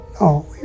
no